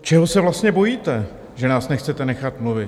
Čeho se vlastně bojíte, že nás nechcete nechat mluvit?